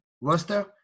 roster